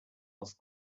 ask